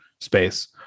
space